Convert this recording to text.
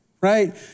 right